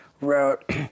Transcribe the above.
wrote